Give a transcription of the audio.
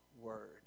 Word